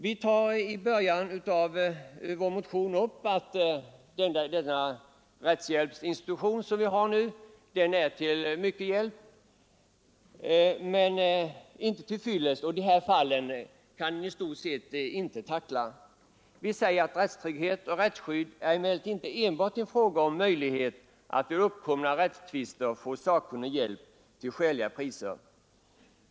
Vi framhåller i början av vår motion att den rättshjälpsinstitution som nu finns är betydelsefull men inte till fyllest. Den kan inte tillämpas i dessa fall. Vi framhåller bl.a.: ”Rättstrygghet och rättsskydd är emellertid inte enbart en fråga om möjligheter att vid uppkomna rättstvister få sakkunnig hjälp till skäliga priser.